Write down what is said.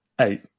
eight